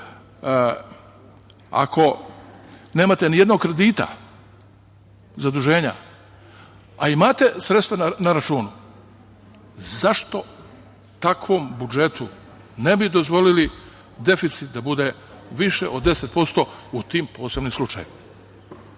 Ako nemate ni jednog kredita, zaduženja, a imate sredstva na računu zašto takvom budžetu ne bi dozvolili deficit da bude više od 10% u tim posebnim slučajevima? Zato